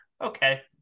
okay